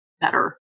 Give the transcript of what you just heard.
better